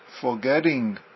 forgetting